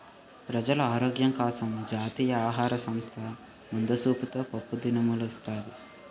ప్రజలు ఆరోగ్యం కోసం జాతీయ ఆహార సంస్థ ముందు సూపుతో పప్పు దినుసులు ఇస్తాది